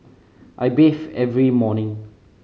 I bathe every morning